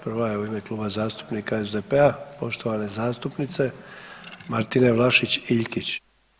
Prva je u ime Kluba zastupnika SDP-a poštovane zastupnice Martine Vlašić Iljkić.